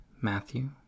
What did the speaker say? Matthew